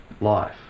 life